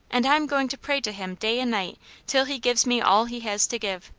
and i am going to pray to him day and night till he gives me all he has to give